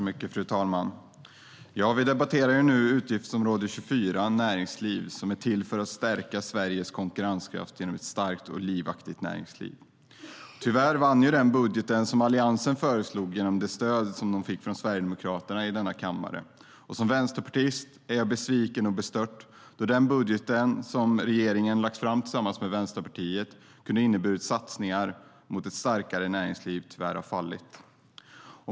Fru talman! Vi debatterar nu utgiftsområde 24 Näringsliv, som är till för att stärka Sveriges konkurrenskraft genom ett starkt och livaktigt näringsliv. Tyvärr vann den budget Alliansen lade fram, genom det stöd de fick från Sverigedemokraterna i denna kammare. Som vänsterpartist är jag besviken och bestört, för den budget regeringen har lagt fram tillsammans med Vänsterpartiet hade inneburit satsningar för ett starkare näringsliv - vilket tyvärr har fallit.